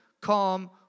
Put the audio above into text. calm